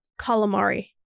calamari